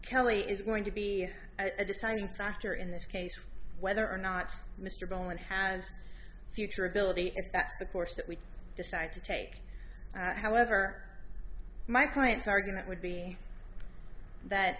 kelly is going to be a deciding factor in this case whether or not mr bowen has future ability the course that we decide to take however my client's argument would be that